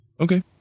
Okay